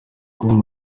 kubaka